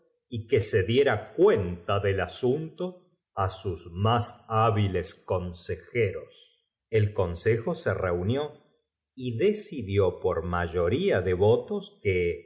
y que se diera cuenta del asunto á sus más hábiles consejeros el consejo se reunió y decidió por mayorfa de votos que